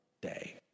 day